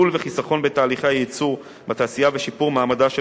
ייעול וחיסכון בתהליכי הייצור בתעשייה ושיפור מעמדה של